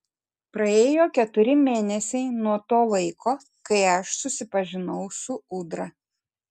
praėjo keturi mėnesiai nuo to laiko kai aš susipažinau su ūdra